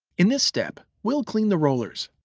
in this step, we'll clean the rollers.